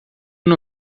não